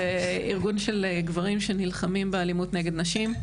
זה ארגון של גברים שנלחמים באלימות נגד נשים.